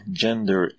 gender